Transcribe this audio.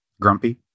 Grumpy